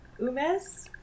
Umes